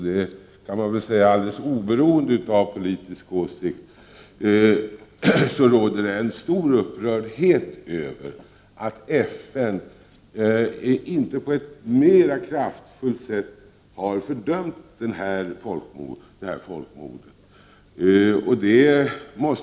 Jag kan säga att oberoende av politisk åsikt råder det en stor upprördhet över att FN inte mer kraftfullt har fördömt detta folkmord.